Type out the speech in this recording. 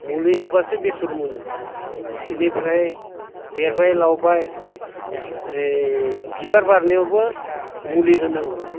मुलि होबासो बेसर मोनो बेनिफ्राय देरबाय लावबाय ओइ बिबार बारनायावबो मुलि होनांगौ